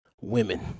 Women